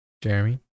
Jeremy